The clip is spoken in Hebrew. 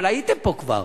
אבל הרי הייתם פה כבר.